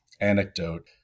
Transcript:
anecdote